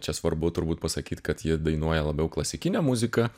čia svarbu turbūt pasakyt kad ji dainuoja labiau klasikinę muziką